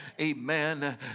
Amen